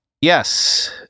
Yes